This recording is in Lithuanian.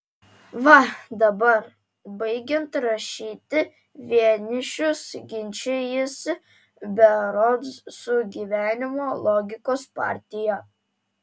va dabar baigiant rašyti vienišius ginčijasi berods su gyvenimo logikos partija